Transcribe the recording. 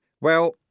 Well